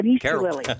Carol